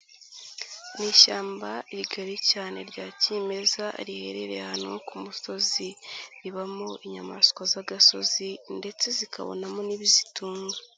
Mu ishyamba rigari cyane rya kimeza riherereye ahantu ku musozi, ribamo inyamaswa z'agasozi ndetse zikabonamo n'ibizitunga.